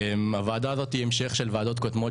הוועדה המוקמת כעת היא המשך של ועדות שתפקדו: